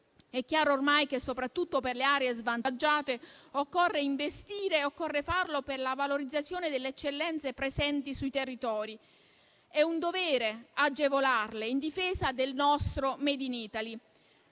È chiaro ormai che, soprattutto per le aree svantaggiate, occorre investire e occorre farlo per la valorizzazione delle eccellenze presenti sui territori. È un dovere agevolarle in difesa del nostro *made in Italy*,